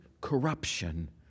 corruption